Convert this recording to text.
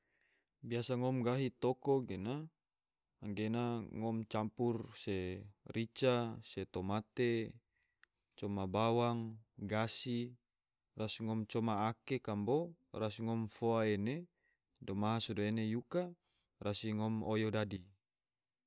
Biasa ngom gahi toko gena, anggena ngom campur se rica, se tomate, coma bawang, gasi, rasi ngom coma ake kambo, rasi ngom foa ene, domaha sodo ena yuka, rasi ngom oyo dadi